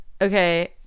Okay